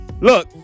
look